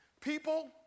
People